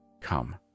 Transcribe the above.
Come